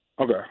Okay